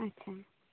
ᱟᱪᱪᱷᱟ